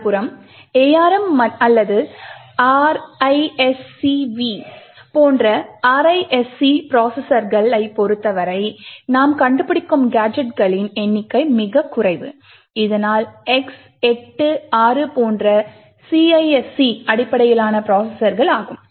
மறுபுறம் ARM அல்லது RISC V போன்ற RISC ப்ரோசஸர்களைப் பொறுத்தவரை நாம் கண்டுபிடிக்கும் கேஜெட்களின் எண்ணிக்கை மிகக் குறைவு இதனால் X86 போன்ற CISC அடிப்படையிலான ப்ரோசஸர்கள் ஆகும்